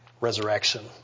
resurrection